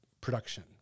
production